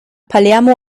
palermo